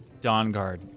Dawnguard